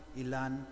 ilan